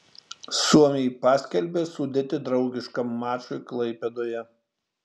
suomiai paskelbė sudėtį draugiškam mačui klaipėdoje